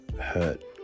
hurt